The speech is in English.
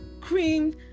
cream